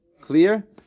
Clear